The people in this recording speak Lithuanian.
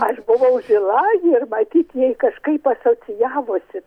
aš buvau žila ir matyt jai kažkaip asocijavosi